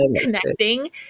connecting